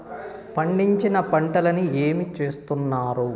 పండించిన పంటలని ఏమి చేస్తున్నారు?